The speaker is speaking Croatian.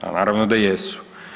Pa naravno da jesu.